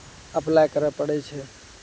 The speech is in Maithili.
अप्लाइ करे पड़ै छै